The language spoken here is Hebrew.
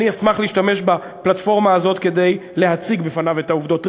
אני אשמח להשתמש בפלטפורמה הזאת כדי להציג בפניו את העובדות.